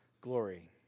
glory